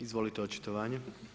Izvolite očitovanje.